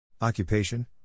Occupation